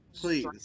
please